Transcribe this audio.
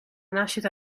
nascita